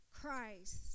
Christ